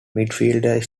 midfielder